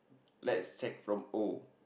let's check from O